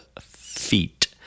feet